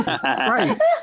christ